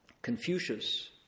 Confucius